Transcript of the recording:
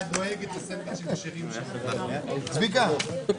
ואנחנו עוברים לסעיף 6. עוד דבר שביקשנו שהם